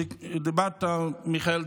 מיכאל,